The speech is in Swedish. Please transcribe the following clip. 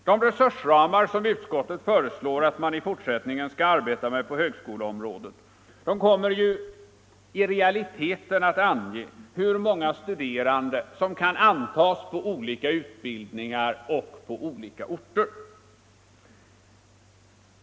De resursramar som utskottet föreslår att man i fortsättningen skall arbeta med på högskoleområdet kommer ju i realiteten att ange hur många studerande som kan antas inom olika utbildningar och på olika orter.